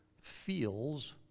feels